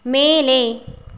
மேலே